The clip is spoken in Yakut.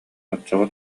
оччоҕо